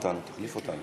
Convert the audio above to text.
תודה רבה,